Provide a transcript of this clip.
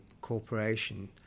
corporation